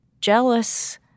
jealous